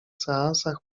seansach